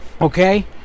okay